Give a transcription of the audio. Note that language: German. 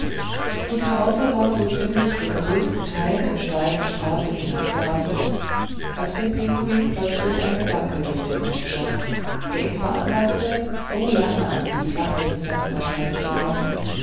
die karosse war so ziemlich den größten teil der steilen straßen hinabgerasselt als dem pinguin plötzlich ein gedanke durch den kopf schoß der ihn veranlaßte so lange an die klapprigen fensterscheiben zu klopfen